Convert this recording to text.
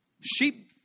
Sheep